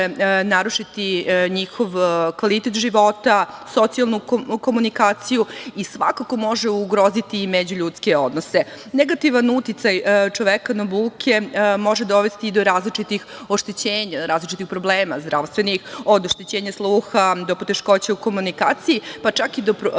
narušiti njihov kvalitet života, socijalnu komunikaciju i svakako može ugroziti i međuljudske odnose. Negativan uticaj čoveka na buke može dovesti do različitih oštećenja, različitih problema zdravstvenih, od oštećenja sluha, do poteškoća u komunikaciji, pa čak i problema